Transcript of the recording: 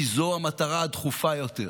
כי זו המטרה הדחופה ביותר.